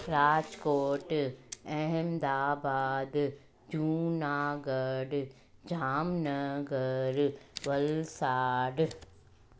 Rajkot Ahmedabad Junagadh Jamnagar Valsad